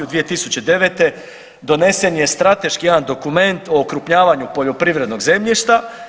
2009. donesen je strateški jedan dokument o okrupnjavanju poljoprivrednog zemljišta.